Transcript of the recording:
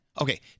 Okay